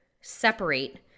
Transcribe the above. separate